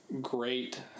great